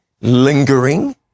lingering